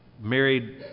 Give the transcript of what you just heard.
married